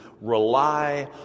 rely